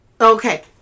Okay